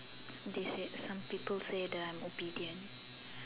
they said some people say that I am obedient